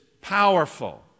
powerful